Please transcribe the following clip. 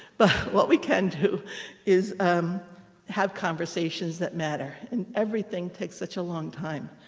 but what we can do is um have conversations that matter. and everything takes such a long time.